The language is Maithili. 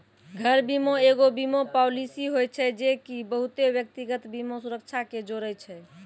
घर बीमा एगो बीमा पालिसी होय छै जे की बहुते व्यक्तिगत बीमा सुरक्षा के जोड़े छै